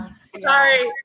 Sorry